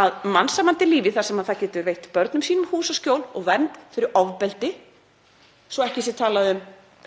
og mannsæmandi lífi þar sem það getur veitt börnum sínum húsaskjól og vernd fyrir ofbeldi, svo að ekki sé talað um